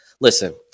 listen